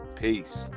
Peace